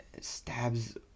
stabs